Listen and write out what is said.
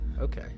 Okay